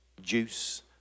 juice